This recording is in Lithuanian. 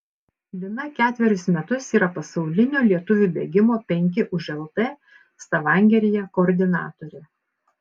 lina ketverius metus yra pasaulinio lietuvių bėgimo penki už lt stavangeryje koordinatorė